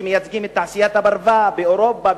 שמייצגים את תעשיית הפרווה באירופה,